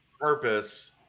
purpose